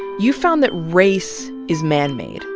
you found that race is man-made.